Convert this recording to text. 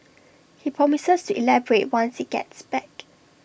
he promises to elaborate once he gets back